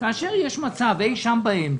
כאשר יש מצב אי-שם באמצע,